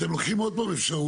אתם לקוחים עוד פעם אפשרות.